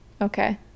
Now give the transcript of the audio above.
okay